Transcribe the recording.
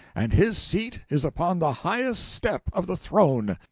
and his seat is upon the highest step of the throne!